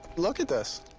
look at this.